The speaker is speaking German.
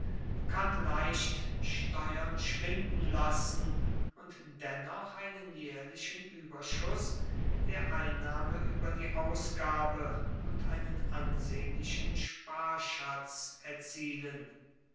kann leicht steuern schwinden lassen und dennoch einen jährlichen überschuß der einnahme über die ausgabe und einen ansehnlichen sparschatz erzielen